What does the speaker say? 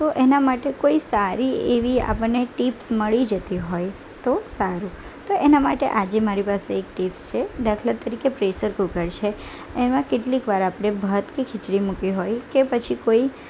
તો એના માટે કોઈ સારી એવી આપણને ટિપ્સ મળી જતી હોય તો સારું તો એના માટે આજે મારી પાસે એક ટિપ્સ છે દાખલા તરીકે પ્રેસર કુકર છે એમાં કેટલીક વાર આપણે ભાત કે ખીચડી મૂકવી હોય કે પછી કોઈ